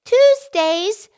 Tuesday's